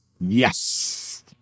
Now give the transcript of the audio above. yes